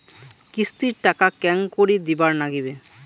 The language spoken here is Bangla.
কিস্তির টাকা কেঙ্গকরি দিবার নাগীবে?